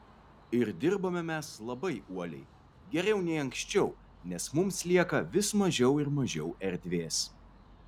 ir dirbame mes labai uoliai geriau nei anksčiau nes mums lieka vis mažiau ir mažiau erdvės